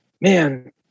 man